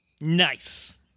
Nice